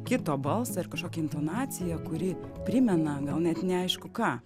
kito balsą ir kažkokią intonaciją kuri primena gal net neaišku ką